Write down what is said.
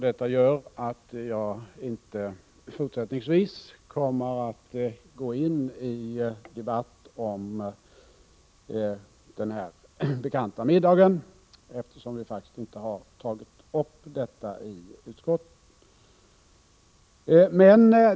Detta gör att jag fortsättningsvis inte kommer att debattera den bekanta middagen, speciellt som vi faktiskt inte har tagit upp denna fråga i utskottet.